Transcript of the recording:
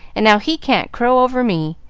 and now he can't crow over me!